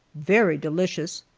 very delicious,